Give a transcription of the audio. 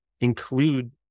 include